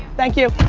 thank you.